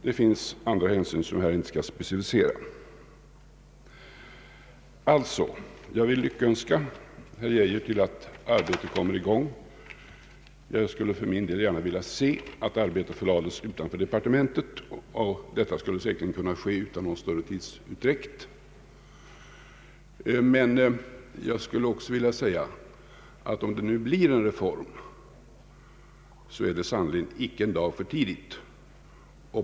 Det finns även andra hänsyn som jag inte här skall specificera. Alltså: Jag vill lyckönska herr Lennart Geijer till att arbetet kommer i gång. Jag skulle för min del gärna vilja se att arbetet förlades utanför departementet. Det skulle säkert kunna ske utan någon större tidsutdräkt. Jag vill också säga att om det nu blir en reform är det sannerligen inte en dag för tidigt.